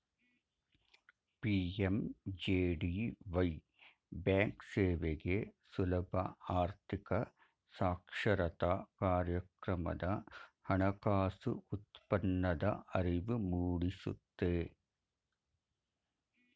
PMJDY ಬ್ಯಾಂಕ್ಸೇವೆಗೆ ಸುಲಭ ಆರ್ಥಿಕ ಸಾಕ್ಷರತಾ ಕಾರ್ಯಕ್ರಮದ ಹಣಕಾಸು ಉತ್ಪನ್ನದ ಅರಿವು ಮೂಡಿಸುತ್ತೆ